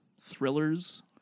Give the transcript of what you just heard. thrillers